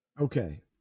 Okay